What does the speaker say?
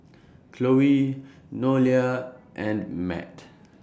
Chloe Nolia and Matt